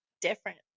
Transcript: different